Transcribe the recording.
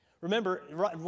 Remember